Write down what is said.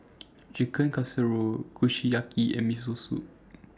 Chicken Casserole Kushiyaki and Miso Soup